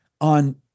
on